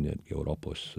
netgi europos